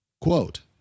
Quote